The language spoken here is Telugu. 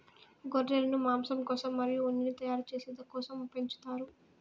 గొర్రెలను మాంసం కోసం మరియు ఉన్నిని తయారు చేసే కోసం పెంచుతారు